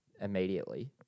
immediately